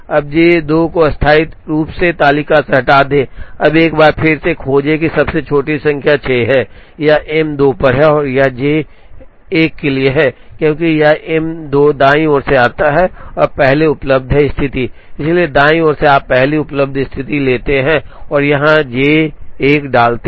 अब J 2 को अस्थायी रूप से तालिका से हटा दें अब एक बार फिर से खोजें कि सबसे छोटी संख्या 6 है यह M 2 पर है और यह J 1 के लिए है क्योंकि यह M 2 दाईं ओर से आता है और पहले उपलब्ध है स्थिति इसलिए दाईं ओर से आप पहली उपलब्ध स्थिति लेते हैं और यहां J 1 डालते हैं